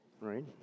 Right